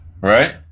right